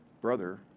brother